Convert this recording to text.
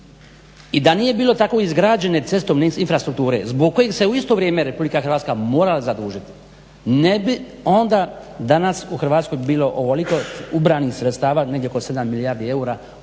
i da nije bilo tako izgrađene cestovne infrastrukture zbog koje se u isto vrijeme Republika Hrvatska morala zadužiti ne bi onda danas u Hrvatskoj bilo ovoliko ubranih sredstava, negdje oko 7 milijardi eura ili